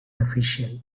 official